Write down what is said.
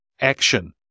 action